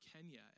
Kenya